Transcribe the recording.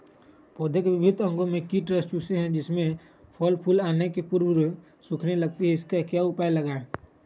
पौधे के विभिन्न अंगों से कीट रस चूसते हैं जिससे फसल फूल आने के पूर्व सूखने लगती है इसका क्या उपाय लगाएं?